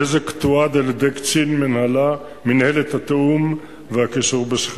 הנזק תועד על-ידי קצין מינהלת התיאום והקישור בשכם.